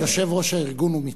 יושב-ראש הארגון הוא מצרי.